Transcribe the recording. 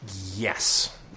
Yes